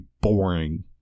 boring